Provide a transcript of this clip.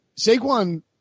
Saquon